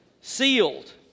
Sealed